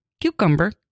Cucumber